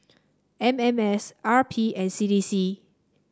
M M S R P and C D C